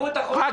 --- רק